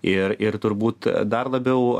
ir ir turbūt dar labiau